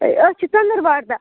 ہے أسۍ چھِ ژٔنٛدٕروادا